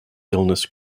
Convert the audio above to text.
illness